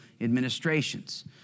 administrations